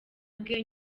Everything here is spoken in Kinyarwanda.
bwe